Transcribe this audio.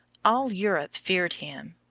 all europe feared him.